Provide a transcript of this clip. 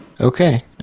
okay